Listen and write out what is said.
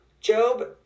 Job